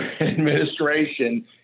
administration